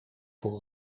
voor